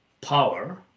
power